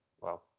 Wow